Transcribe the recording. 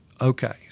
okay